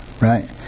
right